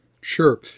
Sure